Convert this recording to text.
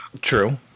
True